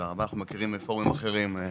אנחנו מכירים מפורומים אחרים.